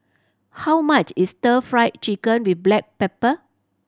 how much is Stir Fry Chicken with black pepper